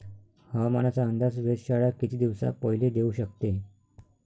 हवामानाचा अंदाज वेधशाळा किती दिवसा पयले देऊ शकते?